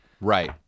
Right